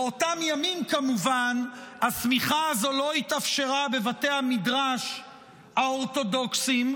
באותם ימים כמובן הסמיכה הזאת לא התאפשרה בבתי המדרש האורתודוקסיים,